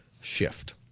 shift